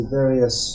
various